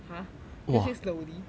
!huh! can you say slowly